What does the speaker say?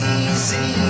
easy